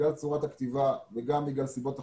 בגלל צורת הקציבה וגם בגלל סיבות אחרות.